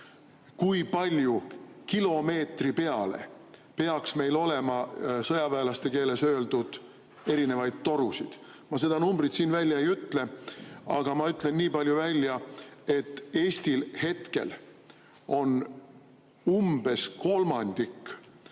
kui palju kilomeetri peale peaks meil olema, sõjaväelaste keeles öelduna, erinevaid torusid. Ma seda numbrit siin välja ei ütle, aga ma ütlen nii palju välja, et Eestil hetkel on umbes kolmandik